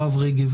הרב רגב